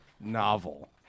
Novel